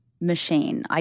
machine